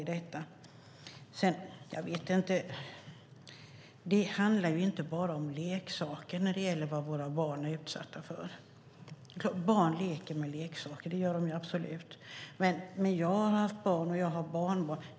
Sedan handlar det inte bara om leksaker när det gäller vad våra barn är utsatta för. Visst leker barn med leksaker. Men jag har haft barn, och jag har barnbarn.